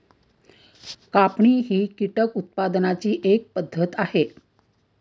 कापणी ही कीटक उत्पादनाची एक पद्धत आहे